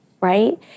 right